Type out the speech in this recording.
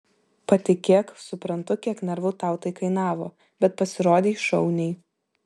patikėk suprantu kiek nervų tau tai kainavo bet pasirodei šauniai